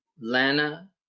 Lana